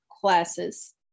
classes